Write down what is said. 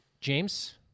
James